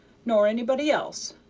nor anybody else,